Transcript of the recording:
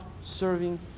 Serving